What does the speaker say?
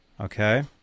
Okay